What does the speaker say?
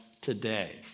today